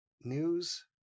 News